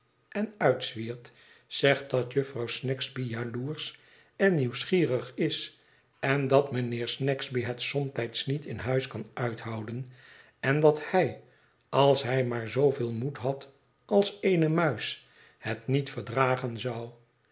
inen uitzwiert zegt dat jufvrouw snagsby jaloersch en nieuwsgierig is en dat mijnheer snagsby het somtijds niet in huis kan uithouden en dat hij als hij maar zooveel moed had als eene muis het niet verdragen zou